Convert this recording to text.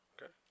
Okay